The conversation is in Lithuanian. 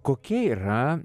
kokia yra